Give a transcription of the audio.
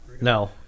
No